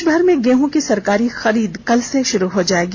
देशभर में गेहू की सरकारी खरीद कल से शुरू हो जायेगी